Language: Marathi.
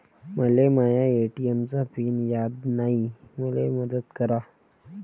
मले माया ए.टी.एम चा पिन याद नायी, मले मदत करा